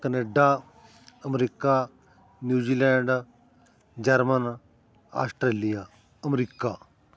Canada America New Zealand German Australia America